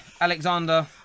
Alexander